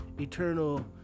eternal